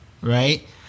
right